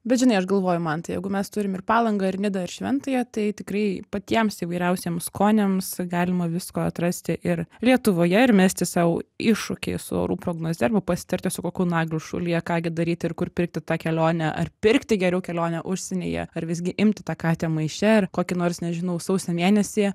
bet žinai aš galvoju mantai jeigu mes turim ir palangą ir nidą ir šventąją tai tikrai patiems įvairiausiems skoniams galima visko atrasti ir lietuvoje ir mesti sau iššūkį su orų prognoze arba pasitarti su kokiu nagliu šulija ką gi daryti ir kur pirkti tą kelionę ar pirkti geriau kelionę užsienyje ar visgi imti tą katę maiše ir kokį nors nežinau sausio mėnesį